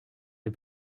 des